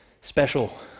special